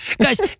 Guys